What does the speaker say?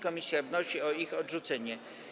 Komisja wnosi o ich odrzucenie.